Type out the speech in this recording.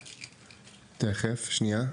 תכף, שנייה.